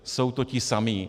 Jsou to ti samí.